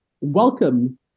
welcome